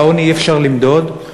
את העוני אי-אפשר למדוד,